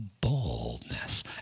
boldness